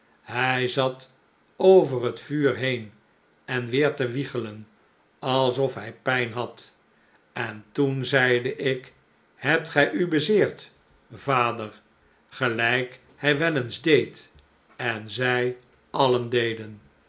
hij zat over het vuur heen en weer te wiegelen alsof hij pijh had en toen zeide ik hebt gij u bezeerd vader gelijk hij wel eens deed en zij alien deden